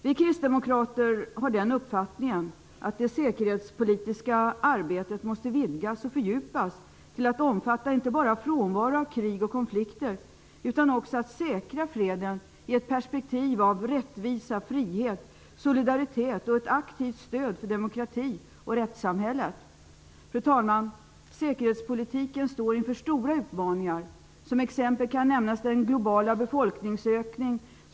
Vi kristdemokrater har uppfattningen att det säkerhetspolitiska arbetet måste vidgas och fördjupas. Det skall inte bara omfatta frånvaro av krig och konflikter. Man måste också säkra freden i ett perspektiv av rättvisa, frihet, solidaritet och med ett aktivt stöd för demokrati och rättssamhället. Fru talman! Säkerhetspolitiken står inför stora utmaningar. Som exempel kan nämnas den globala befolkningsökningen.